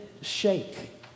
shake